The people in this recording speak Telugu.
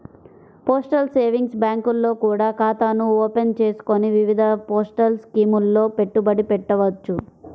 పోస్టల్ సేవింగ్స్ బ్యాంకుల్లో కూడా ఖాతాను ఓపెన్ చేసుకొని వివిధ పోస్టల్ స్కీముల్లో పెట్టుబడి పెట్టవచ్చు